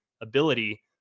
ability